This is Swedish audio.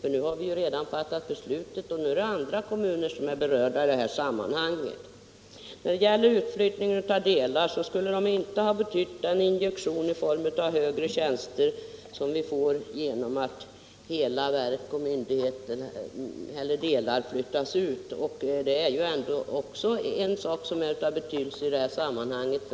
Nu har vi redan fattat beslutet och nu är det andra kommuner som är berörda. När det gäller utflyttningen av statliga myndigheter skulle de inte betytt någon injektion i form av högre tjänster om vi gått på en delegering. Men det får vi genom att hela verk och myndigheter flyttas ut. Det är en sak som är av stor betydelse i detta sammanhang.